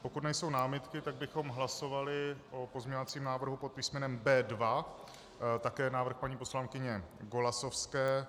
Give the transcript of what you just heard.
Pokud nejsou námitky, tak bychom hlasovali o pozměňovacím návrhu pod písmenem B2, také návrh paní poslankyně Golasowské.